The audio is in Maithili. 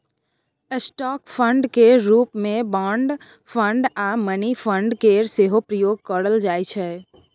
स्टॉक फंड केर रूप मे बॉन्ड फंड आ मनी फंड केर सेहो प्रयोग करल जाइ छै